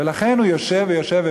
ולכן הוא יושב ויושב.